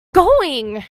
going